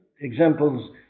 examples